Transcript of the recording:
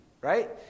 right